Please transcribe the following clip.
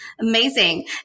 Amazing